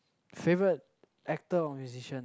favorite actor or musician